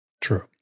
True